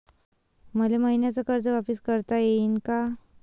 मले मईन्याचं कर्ज वापिस करता येईन का?